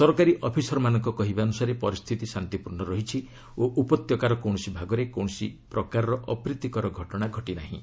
ସରକାରୀ ଅଫିସରମାନଙ୍କ କହିବା ଅନୁସାରେ ପରିସ୍ଥିତି ଶାନ୍ତିପୂର୍୍ଣ ରହିଛି ଓ ଉପତ୍ୟକାର କୌଣସି ଭାଗରେ କୌଣସି ପ୍ରକାରର ଅପ୍ରୀତିକର ଘଟଣା ଘଟି ନାହିଁ